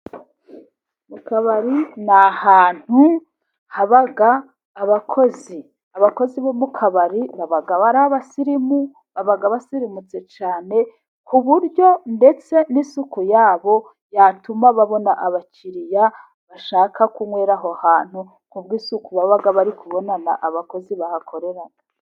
Mu kabari ni ahantu haba abakozi. Abakozi bo mu kabari ni abasirimu, baba basirimutse cyane ku buryo ndetse n'isuku yabo yatuma babona abakiriya bashaka kunywera aho hantu ku isuku baba bari kubona abakozi bahakorera.